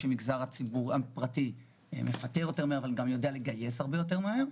שהמגזר הפרטי מפטר יותר מהר אבל גם יודע לגייס הרבה יותר מהר,